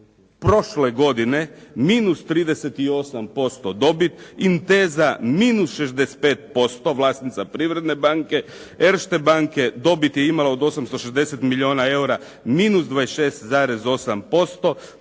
prošle godine minus 38% dobit, Inteza minus 65%, vlasnica Privredne banke, Erste banke dobit je imala od 860 milijuna eura, minus 26,8%,